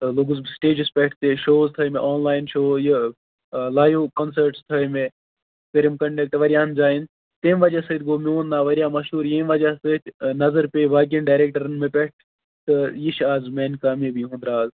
لوٚگُس بہٕ سِٹیجَس پٮ۪ٹھ پییٚہِ شوز تھٲے مےٚ آنلایِن شو یہِ لایِو کۄنسٲٹٕس تھٲے مےٚ کٔرِم کَنڈَکٹ واریاہَن جایَن تَمہِ وَجعہ سۭتۍ گو میون ناو واریاہ مشہور ییٚمہِ وجہہ سۭتۍ نظر پیٚیہِ باقیَن ڈایریکٹَرَن مےٚ پٮ۪ٹھ تہٕ یہِ چھُ اَز میانہِ کامیابی ہُنٛد راز